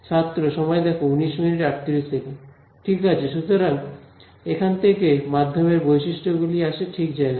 ঠিক আছে সুতরাং এখান থেকে মাধ্যমের বৈশিষ্ট্যগুলিআসে ঠিক জায়গায়